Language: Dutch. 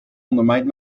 ondermijnt